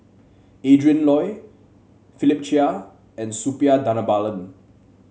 Adrin Loi Philip Chia and Suppiah Dhanabalan